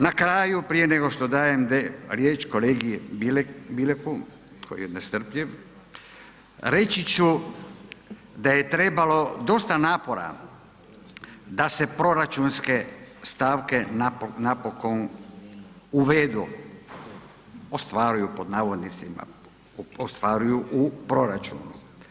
Na kraju prije nego što dajem riječ kolegi Bileku koji je nestrpljiv, reći ću da je trebalo dosta napora da se proračunske stavke napokon uvedu „ostvaruju“, ostvaruju u proračunu.